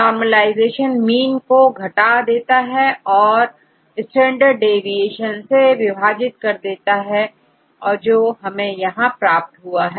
normalisation mean को घटा देता है और स्टैंडर्ड देविएशन से विभाजित कर देता है जो हमें यहां प्राप्त हुआ है